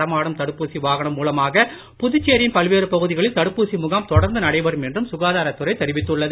நடமாடும் தடுப்பூசி வாகனம் மூலமாக புதுச்சேரியின் பல்வேறு பகுதிகளில் தடுப்பூசி முகாம் தொடர்ந்து நடைபெறும் என்றும் சுகாதாரத்துறை தெரிவித்துள்ளது